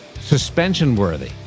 suspension-worthy